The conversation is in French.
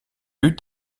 eut